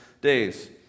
days